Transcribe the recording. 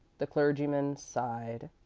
the clergyman sighed.